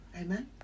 Amen